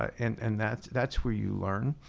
and and that's that's where you learn.